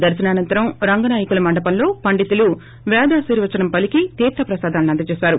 దర్చనానంతరం రంగనాయకుల మండపంలో పండితులు వేద ఆశీర్నచనం పలికి తీర్లప్రసాదాలను అందజేశారు